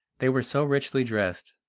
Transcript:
they were so richly dressed,